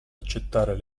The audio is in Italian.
accettare